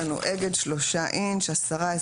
תוספת ראשונה (תקנה 2) הפריט הכמות (ביחידות) אגד 3 אינטש 10 אספלנית